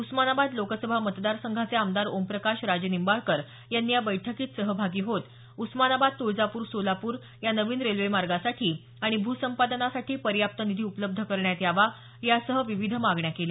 उस्मानाबाद लोकसभा मतदारसंघाचे खासदार ओमप्रकाश राजेनिंबाळकर यांनी या बैठकीत सहभागी होत उस्मानाबाद तुळजापूर सोलापूर या नविन रेल्वेमार्गासाठी आणि भूसंपादनासाठी पर्याप्त निधी उपलब्ध करण्यात यावा यासह अन्य विविध मागण्या त्यांनी यावेळी केल्या